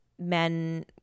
men